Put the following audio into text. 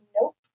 Nope